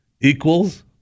equals